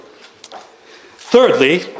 Thirdly